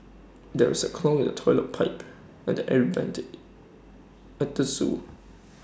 there is A clog in the Toilet Pipe and the air Vents at the Zoo